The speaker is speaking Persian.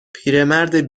پیرمرد